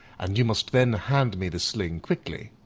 and you must then hand me the sling quickly.